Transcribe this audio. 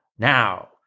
Now